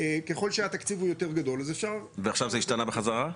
ככל שהתקציב הוא יותר גדול אז אפשר --- ועכשיו זה ישתנה בחזרה?